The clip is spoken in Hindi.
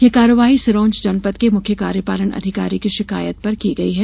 यह कार्यवाही सिरोंज जनपद के मुख्य कार्यपालन अधिकारी की शिकायत पर की गई है